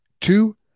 Two